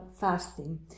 fasting